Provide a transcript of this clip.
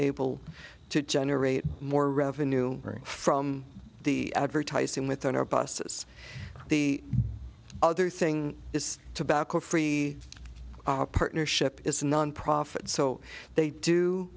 able to generate more revenue from the advertising within our buses the other thing is tobacco free partnership is a nonprofit so they do